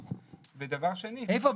ודבר שני -- איפה?